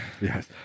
Yes